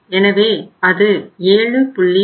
எனவே அது 7